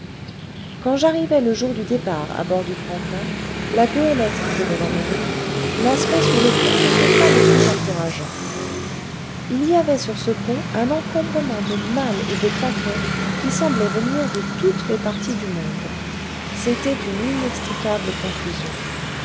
quand j'arrivai le jour du départ à bord du franklin la goélette qui devait m'emmener l'aspect sur le pont n'était pas des plus encourageants il y avait sur ce pont un encombrement de malles et de paquets qui semblaient venir de toutes les parties du monde c'était une inextricable confusion